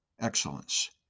excellence